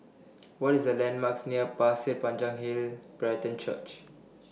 What IS The landmarks near Pasir Panjang Hill Brethren Church